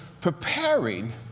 preparing